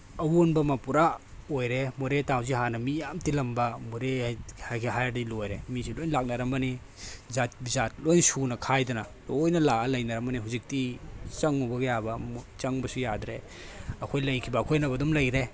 ꯑꯑꯣꯟꯕ ꯑꯃ ꯄꯨꯔꯥ ꯑꯣꯏꯔꯦ ꯃꯣꯔꯦ ꯇꯥꯎꯟꯖꯤ ꯍꯥꯟꯅ ꯃꯤ ꯌꯥꯝ ꯇꯤꯜꯂꯝꯕ ꯃꯣꯔꯦ ꯍꯥꯏꯔꯗꯤ ꯂꯣꯏꯔꯦ ꯃꯤꯁꯦ ꯂꯣꯏ ꯂꯥꯛꯅꯔꯝꯕꯅꯤ ꯖꯥꯠ ꯕꯤꯖꯥꯠ ꯂꯣꯏ ꯁꯨꯅ ꯈꯥꯏꯗꯅ ꯂꯣꯏꯅ ꯂꯥꯛꯑꯒ ꯂꯩꯅꯔꯃꯕꯅꯦ ꯍꯧꯖꯤꯛꯇꯤ ꯆꯪꯉꯨꯕ ꯌꯥꯕ ꯆꯪꯕꯁꯨ ꯌꯥꯗ꯭ꯔꯦ ꯑꯩꯈꯣꯏ ꯂꯩꯈꯤꯕ ꯑꯩꯈꯣꯏꯅ ꯑꯗꯨꯝ ꯂꯩꯔꯦ